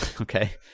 okay